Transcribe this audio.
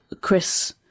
chris